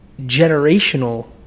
generational